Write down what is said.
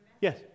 Yes